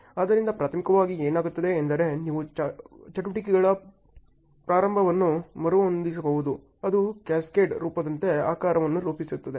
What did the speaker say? ಆದ್ದರಿಂದ ಪ್ರಾಥಮಿಕವಾಗಿ ಏನಾಗುತ್ತದೆ ಎಂದರೆ ನೀವು ಚಟುವಟಿಕೆಗಳ ಪ್ರಾರಂಭವನ್ನು ಮರುಹೊಂದಿಸಬಹುದು ಅದು ಕ್ಯಾಸ್ಕೇಡ್ ರೂಪದಂತೆ ಆಕಾರವನ್ನು ರೂಪಿಸುತ್ತದೆ